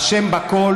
האשם בכול